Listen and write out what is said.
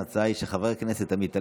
ההצעה היא של חבר הכנסת עמית הלוי.